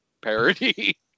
parody